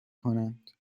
کنند